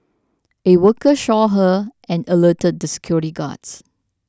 a worker shore her and alerted the security guards